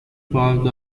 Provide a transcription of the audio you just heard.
part